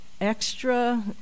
extra